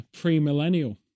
pre-millennial